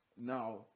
Now